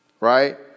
Right